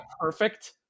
perfect